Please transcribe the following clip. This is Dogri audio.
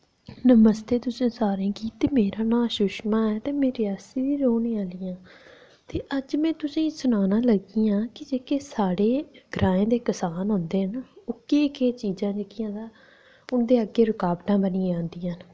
नमस्ते तुसें सारें गी ते मेरा नांऽ सुषमा ऐ ते में रियासी दी रौह्ने आह्ली आं ते अज्ज में तुसेंगी सनाना लगी आं कि जेह्के साढ़े ग्राएं दे करसान होंदे न ओह् केह् केह् चीज़ां जेह्कियां तां उंदे अग्गें रुकावटां बनियै आंदियां न